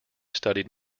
studied